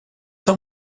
dans